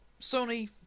Sony